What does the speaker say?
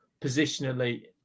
positionally